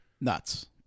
Nuts